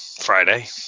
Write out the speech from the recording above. Friday